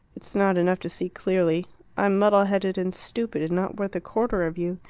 it's not enough to see clearly i'm muddle-headed and stupid, and not worth a quarter of you,